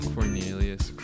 Cornelius